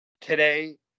today